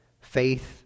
faith